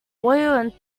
oil